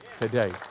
today